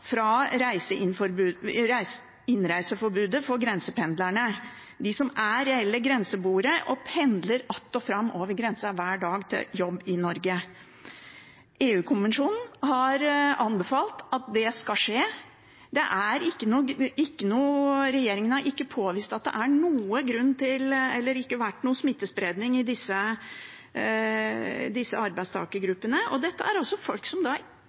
fra innreiseforbudet for grensependlerne – de som er reelle grenseboere og pendler att og fram over grensen hver dag til jobb i Norge. EU-kommisjonen har anbefalt at det skal skje. Regjeringen har ikke påvist at det har vært noen smittespredning i disse arbeidstakergruppene. Dette er altså folk som ikke får komme på jobben, og som ikke får et rødt øre i kompensasjon! Dette synes tydeligvis regjeringen og flertallet er